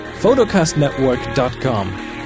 Photocastnetwork.com